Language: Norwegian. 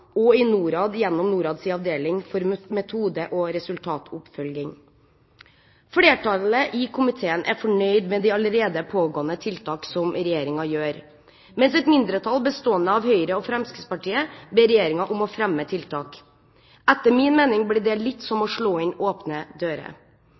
og i Norad, gjennom Norads avdeling for metode og resultatoppfølging. Flertallet i komiteen er fornøyd med de allerede pågående tiltak som regjeringen gjør, mens et mindretall, bestående av Høyre og Fremskrittspartiet, ber regjeringen om å iverksette tiltak. Etter min mening blir det litt som